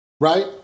right